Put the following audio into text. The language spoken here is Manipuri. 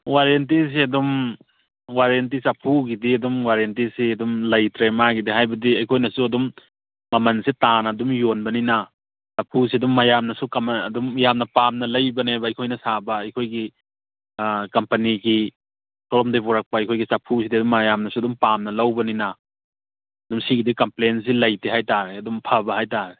ꯋꯥꯔꯦꯟꯇꯤꯁꯦ ꯑꯗꯨꯝ ꯋꯥꯔꯦꯟꯇꯤ ꯆꯐꯨꯒꯤꯗꯤ ꯑꯗꯨꯝ ꯋꯥꯔꯦꯟꯇꯤꯁꯦ ꯑꯗꯨꯝ ꯂꯩꯇ꯭ꯔꯦ ꯃꯥꯒꯤꯗꯤ ꯍꯥꯏꯕꯗꯤ ꯑꯩꯈꯣꯏꯅꯁꯨ ꯑꯗꯨꯝ ꯃꯃꯜꯁꯦ ꯇꯥꯅ ꯑꯗꯨꯝ ꯌꯣꯟꯕꯅꯤꯅ ꯆꯐꯨꯁꯦ ꯑꯗꯨꯝ ꯃꯌꯥꯝꯅꯁꯨ ꯀꯃꯟ ꯑꯗꯨꯝ ꯌꯥꯝꯅ ꯄꯥꯝꯅ ꯂꯩꯕꯅꯦꯕ ꯑꯩꯈꯣꯏꯅ ꯁꯥꯕ ꯑꯩꯈꯣꯏꯒꯤ ꯀꯝꯄꯅꯤꯒꯤ ꯁꯣꯝꯗꯩ ꯄꯨꯔꯛꯄ ꯑꯩꯈꯣꯏꯒꯤ ꯆꯐꯨꯁꯤꯗꯤ ꯑꯗꯨꯝ ꯃꯌꯥꯝꯅꯁꯨ ꯑꯗꯨꯝ ꯄꯥꯝꯅ ꯂꯧꯕꯅꯤꯅ ꯑꯗꯨꯝ ꯁꯤꯒꯤꯗꯤ ꯀꯝꯄ꯭ꯂꯦꯟꯁꯤ ꯂꯩꯇꯦ ꯍꯥꯏ ꯇꯥꯔꯦ ꯑꯗꯨꯝ ꯐꯕ ꯍꯥꯏ ꯇꯥꯔꯦ